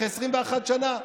אחרי 21 שנה.